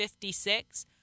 56